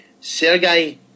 Sergei